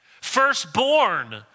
firstborn